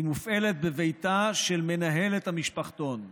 היא מופעלת בביתה של מנהלת המשפחתון.